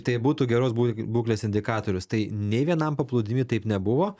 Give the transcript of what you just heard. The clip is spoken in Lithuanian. tai būtų geros bū būklės indikatorius tai nei vienam paplūdimy taip nebuvo